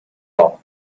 law